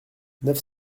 neuf